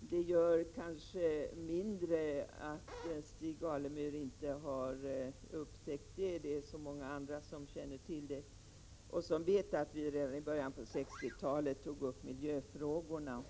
Det gör kanske mindre att Stig Alemyr inte har upptäckt detta engagemang — det är så många andra som känner till det och som vet att vi redan i början på 60-talet tog upp miljöfrågorna.